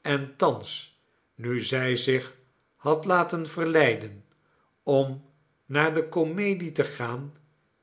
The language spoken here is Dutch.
en thans nu zij zich hadlatenverleiden om naar de komedie te gaan